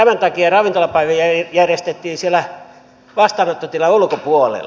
tämän takia ravintolapäivä järjestettiin siellä vastaanottotilan ulkopuolella